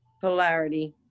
polarity